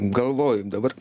galvoju dabar